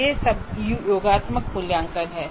वह योगात्मक मूल्यांकन है